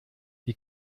wie